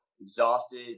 exhausted